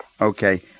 Okay